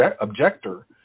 objector